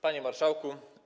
Panie Marszałku!